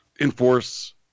enforce